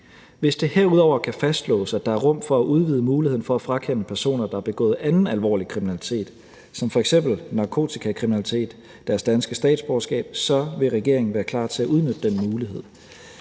Hvis det herudover kan fastslås, at der er rum for at udvide muligheden for at frakende personer, der har begået anden alvorlig kriminalitet som f.eks. narkotikakriminalitet, deres danske statsborgerskab, så vil regeringen være klar til at udnytte den mulighed.